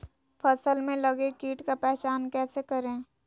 फ़सल में लगे किट का पहचान कैसे करे?